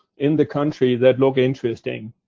in the country that look interesting.